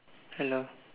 hello